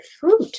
fruit